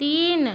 तीन